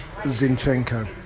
Zinchenko